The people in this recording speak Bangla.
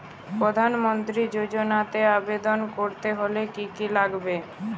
প্রধান মন্ত্রী যোজনাতে আবেদন করতে হলে কি কী লাগবে?